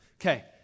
Okay